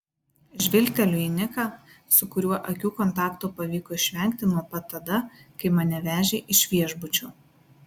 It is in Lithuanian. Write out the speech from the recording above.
žvilgteliu į niką su kuriuo akių kontakto pavyko išvengti nuo pat tada kai mane vežė iš viešbučio